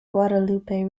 guadalupe